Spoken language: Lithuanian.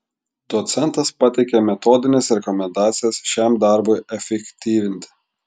docentas pateikė metodines rekomendacijas šiam darbui efektyvinti